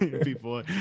people